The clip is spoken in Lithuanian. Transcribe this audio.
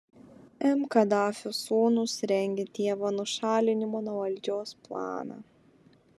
m kadafio sūnūs rengia tėvo nušalinimo nuo valdžios planą